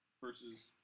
Versus